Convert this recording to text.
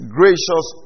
gracious